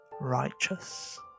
righteous